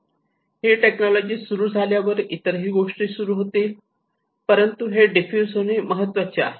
ही technology सुरू झाल्यावर इतरही गोष्टी सुरू होतील परंतु हे डीफ्यूज होणे महत्त्वाचे आहे